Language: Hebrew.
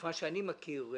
- בתקופה שאני מכיר,